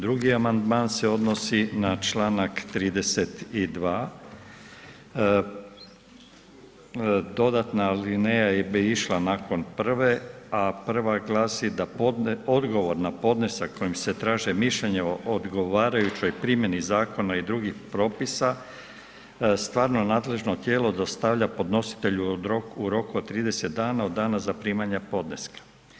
Drugi amandman se odnosi na članak 32., dodatna alineja bi išla nakon prve a prva glasi da odgovor na podnesak kojim se traži mišljenje o odgovarajućoj primjeni zakona i drugih propisa, stvarno nadležno tijelo dostavlja podnositelju u roku od 30 dana od dana zaprimanja podneska.